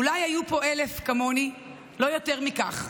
אולי היו פה 1,000 כמוני, לא יותר מכך.